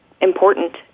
important